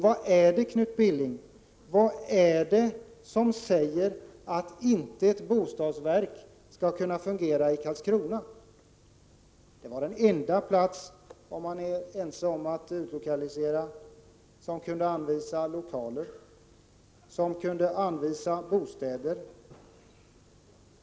Vad är det, Knut Billing, som säger att ett bostadsverk inte skulle kunna fungera i Karlskrona? Det var den enda plats — om vi nu är ense om att utlokalisera — som kunde anvisa lokaler och som kunde anvisa bostäder.